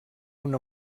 una